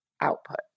output